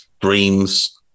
Dreams